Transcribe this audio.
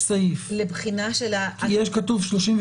כאן לימיני,